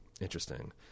Interesting